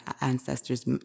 ancestors